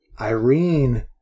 irene